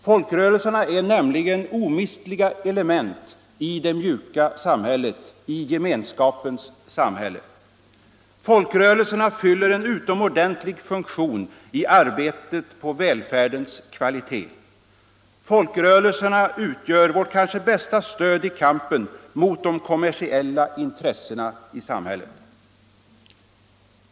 Folkrörelserna är nämligen omistliga element i ”det mjuka samhället”, i gemenskapens samhälle. Folkrörelserna fyller en utomordentlig funktion i arbetet på välfärdens kvalitet. Folkrörelserna utgör vårt kanske bästa stöd i kampen mot de kommersiella intressena i samhället.